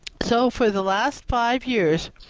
so for the last five years